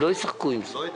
הם לא ישחקו עם זה.